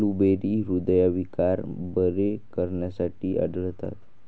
blueberry हृदयविकार बरे करण्यासाठी आढळतात